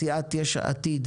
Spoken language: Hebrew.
מסיעת יש עתיד,